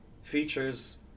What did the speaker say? features